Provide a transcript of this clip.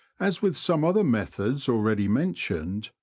as with some other methods already mentioned,